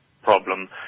problem